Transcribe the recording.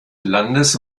landes